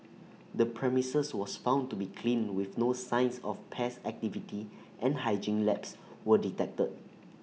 the premises was found to be clean with no signs of pest activity and hygiene lapse were detected